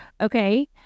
Okay